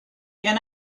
can